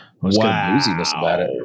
Wow